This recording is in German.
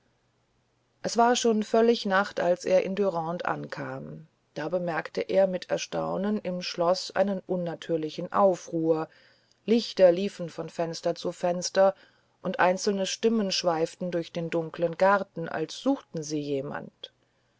es war schon völlig nacht als er in dürande ankam da bemerkte er mit erstaunen im schloß einen unnatürlichen aufruhr lichter liefen von fenster zu fenster und einzelne stimmen schweiften durch den dunklen garten als suchten sie jemand